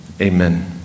amen